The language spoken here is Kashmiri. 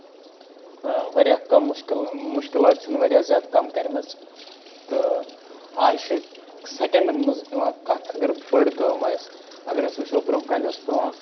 واریاہ کَم مُشکِلہٕ مُشکِلات چھِ واریاہ زیادٕ کَم کَرِمٕژ تہٕ آز چھِ سیکَنڈَن منٛز یِوان کَتھ اَگر بٔڑ کٲم آسہِ اَگر أسۍ وٕچھو برونہہ کالہ اوس پیوان